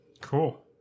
Cool